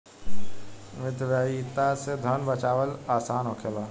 मितव्ययिता से धन बाचावल आसान होखेला